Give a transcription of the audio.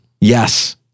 Yes